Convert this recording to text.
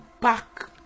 back